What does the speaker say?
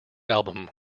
album